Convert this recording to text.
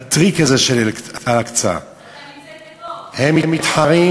הטריק הזה של אל-אקצא, ההסתה נמצאת פה, בתוך